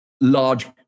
large